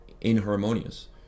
inharmonious